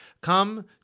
come